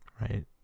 right